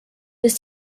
dass